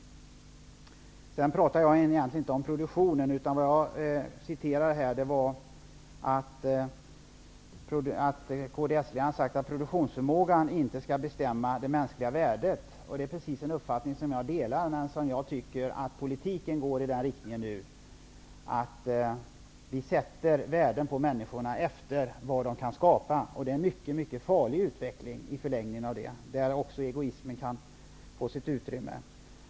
Jag talade i mitt anförande egentligen inte om produktionen, utan jag påpekade att kds-ledaren har sagt att produktionsförmågan inte skall bestämma det mänskliga värdet. Det är en uppfattning som jag delar, men jag tycker att politiken nu går i riktning mot att vi skall sätta värde på människorna efter vad de kan skapa. Det är en mycket, mycket farlig utveckling som ligger i förlängningen av det, där också egoismen kan få sitt utrymme.